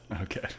Okay